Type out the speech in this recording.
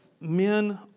men